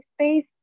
space